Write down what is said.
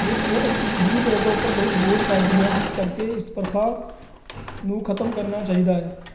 ਬਹੁਤ ਬਹੁਤ ਗਰੀਬ ਲੋਕਾਂ ਉੱਪਰ ਬਹੁਤ ਬੋਝ ਬਣਦੀ ਹੈ ਜਿਸ ਕਰਕੇ ਇਸ ਪ੍ਰਥਾ ਨੂੰ ਖ਼ਤਮ ਕਰਨਾ ਚਾਹੀਦਾ ਹੈ